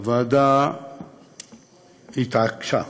הוועדה התעקשה,